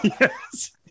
Yes